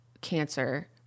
cancer